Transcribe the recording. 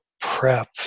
prep